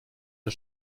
der